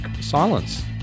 silence